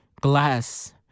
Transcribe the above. glass